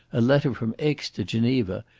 a letter from aix to geneva,